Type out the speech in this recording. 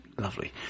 lovely